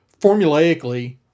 formulaically